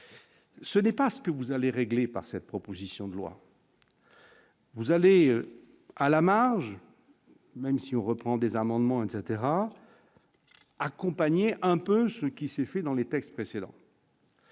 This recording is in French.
Ce n'est pas ce que vous allez régler par cette proposition de loi. Vous allez à la marge, même si on reprend des amendements etc accompagné un peu ce qui s'est fait dans les textes précédents.